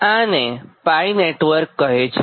આને નેટવર્ક કહેવાય છે